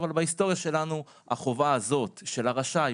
אבל בהיסטוריה שלנו החובה הזאת של הרשאי,